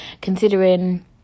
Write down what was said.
considering